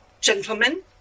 Gentlemen